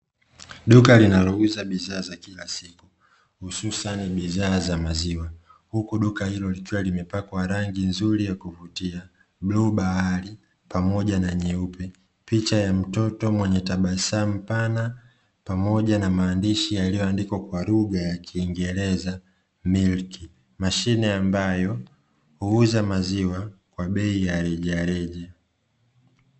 Duka linalouza bidhaa za kila siku hususani bidhaa za maziwa, huku duka hilo likiwa limepakwa rangi nzuri ya kuvutia global bahari pamoja na nyeupe picha ya mtoto mwenye tabasamu pana pamoja na maandishi yaliyoandikwa kwa lugha ya kiingereza milki mashine ambayo huuza maziwa kwa bei ya rejareja.